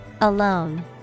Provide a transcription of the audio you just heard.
Alone